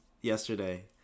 yesterday